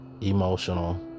emotional